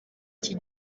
iki